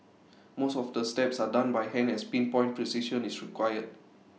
most of the steps are done by hand as pin point precision is required